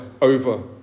over